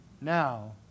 Now